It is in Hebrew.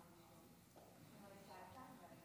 הלך?